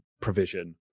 provision